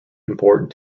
important